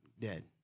dead